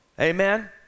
amen